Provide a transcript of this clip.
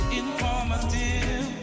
informative